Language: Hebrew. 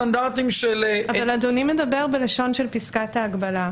אבל אדוני מדבר בלשון של פסקת ההגבלה.